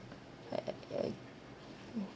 hmm